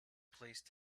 place